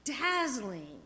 dazzling